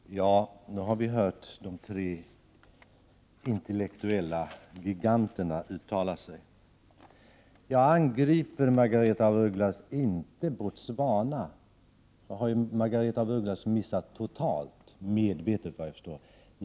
Herr talman! Nu har vi hört de tre intellektuella giganterna uttala sig. Jag angriper, Margaretha af Ugglas, inte Botswana. Det har Margaretha af Ugglas missat totalt — medvetet, såvitt jag förstår.